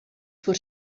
vor